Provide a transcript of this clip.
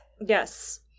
yes